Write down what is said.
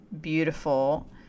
beautiful